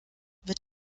wird